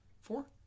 Four